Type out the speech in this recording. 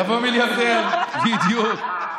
לבוא מיליארדר, בדיוק.